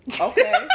okay